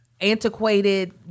antiquated